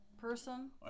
person